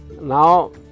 Now